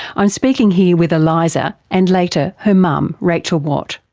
i'm speaking here with eliza, and later, her mum, rachel watt.